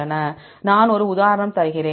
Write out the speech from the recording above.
நான் ஒரு உதாரணம் தருகிறேன்